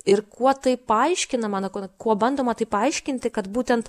ir kuo tai paaiškinama na kuo kuo bandoma tai paaiškinti kad būtent